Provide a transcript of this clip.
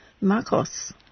Marcos